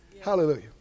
Hallelujah